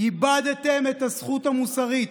איבדתם את הזכות המוסרית,